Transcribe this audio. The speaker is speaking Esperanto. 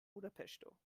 budapeŝto